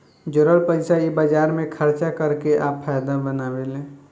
जोरल पइसा इ बाजार मे खर्चा कर के आ फायदा बनावेले